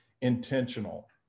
intentional